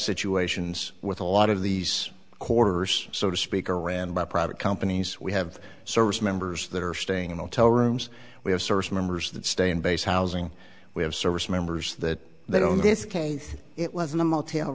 situations with a lot of these corridors so to speak or ran by private companies we have service members that are staying and i'll tell rooms we have service members that stay in base housing we have service members that they don't this case it was in the motel